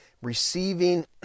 Receiving